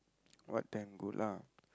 what then good lah